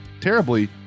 terribly